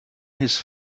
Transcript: his